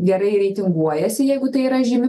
gerai reitinguojasi jeigu tai yra žymi